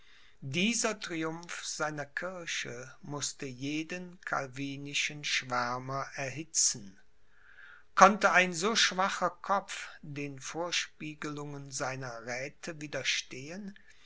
dieser triumph seiner kirche mußte jeden calvinischen schwärmer erhitzen konnte ein so schwacher kopf den vorspiegelungen seiner räthe widerstehen